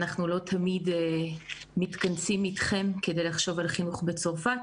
אנחנו לא תמיד מתכנסים אתכם כדי לחשוב על החינוך בצרפת.